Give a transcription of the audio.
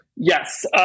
Yes